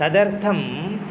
तदर्थं